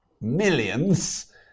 millions